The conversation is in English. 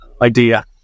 idea